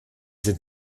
sind